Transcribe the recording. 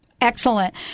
Excellent